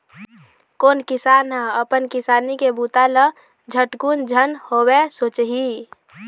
कोन किसान ह अपन किसानी के बूता ल झटकुन झन होवय सोचही